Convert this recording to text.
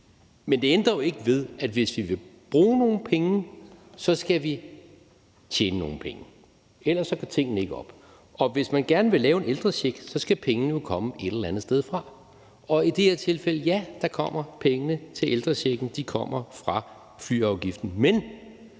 Men det ændrer dog ikke ved, at hvis vi vil bruge nogle penge, skal vi tjene nogle penge. Ellers går tingene ikke op. Hvis man gerne vil lave en ældrecheck, skal pengene jo komme et eller andet sted fra. I det her tilfælde, ja, kommer pengene til ældrechecken fra flyafgiften,